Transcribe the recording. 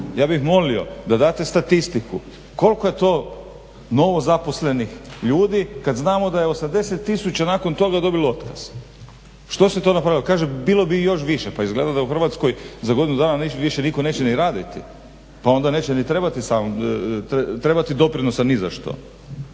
Ja bih molio da date statistiku koliko je to novozaposlenih ljudi kada znamo da je 80 tisuća nakon toga dobilo otkaz. Što se to napravilo? Kažem, bilo bi ih još više. Pa izgleda da u Hrvatskoj za godinu dana niko neće ni raditi pa onda neće trebati doprinosa ni za što.